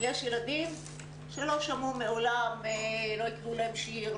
יש ילדים שלא קראו להם שיר,